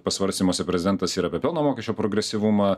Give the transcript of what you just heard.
pasvarstymuose prezidentas ir apie pelno mokesčio progresyvumą